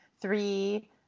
three